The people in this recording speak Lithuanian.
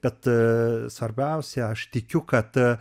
bet svarbiausia aš tikiu kad